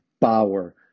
power